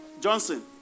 Johnson